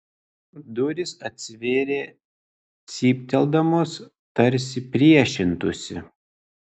durys atsivėrė cypteldamos tarsi priešintųsi